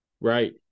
Right